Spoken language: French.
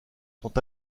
sont